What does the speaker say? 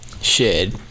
Shed